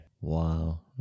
Wow